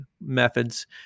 methods